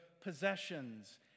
possessions